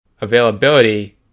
availability